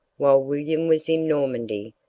while william was in normandy,